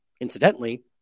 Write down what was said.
incidentally